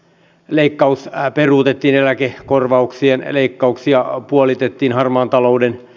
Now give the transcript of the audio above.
leikkaus peruutettiin eläke korvauksien leikkauksia puolitettiin harmaan talouden